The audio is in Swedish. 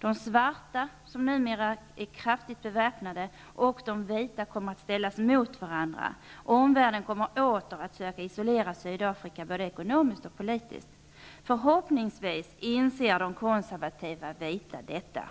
De svarta, som numera är kraftigt beväpnade, och de vita kommer att ställas mot varandra. Omvärlden kommer åter att söka isolera Sydafrika både ekonomiskt och politiskt. Förhoppningsvis inser de konservativa vita detta.